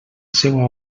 seua